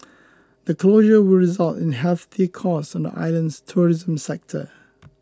the closure will result in hefty costs on the island's tourism sector